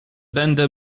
będę